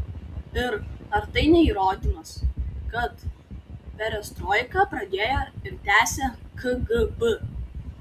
ir ar tai ne įrodymas kad perestroiką pradėjo ir tęsia kgb